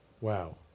Wow